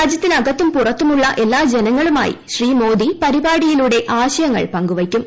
രാജ്യത്തിനകത്തും പുറത്തുമുള്ള എല്ലാ ജനങ്ങളുമായി ശ്രീ മോദി പരിപാടിയിലൂടെ ആശയങ്ങൾ പങ്കുവയ്ക്കും